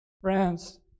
Friends